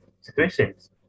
situations